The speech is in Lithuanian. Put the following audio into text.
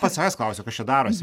pats savęs klausiu kas čia darosi